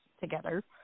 together